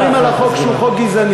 אתם אומרים על החוק שהוא חוק גזעני,